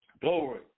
Glory